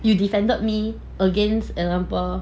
you defended me against example